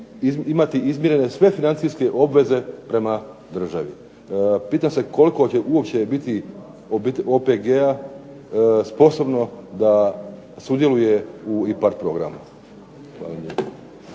imati izmjerene sve financijske obveze prema državi. Pitam se koliko će uopće biti OPG-a sposobno da sudjeluje u IPARD programu.